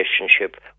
relationship